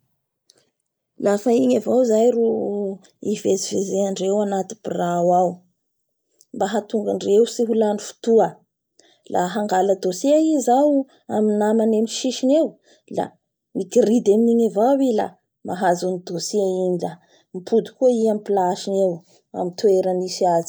Lafa igny avao zao ro ivezevezeandreo anty birao mba hahatonga andreo tsy ho lany fotoa la hangala dossier i zao amin'ny namany amin'ny sisisny eo la migiridy amin'nigny avao i la hahazo any dossier igny la mipody koa i amin'ny pace-ny eo.